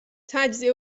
تجزیه